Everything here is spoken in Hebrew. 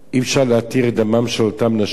אי-אפשר להתיר את דמן של אותן נשים.